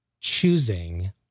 choosing